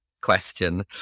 question